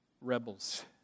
rebels